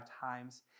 times